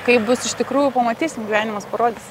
kaip bus iš tikrųjų pamatysim gyvenimas parodys